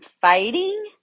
fighting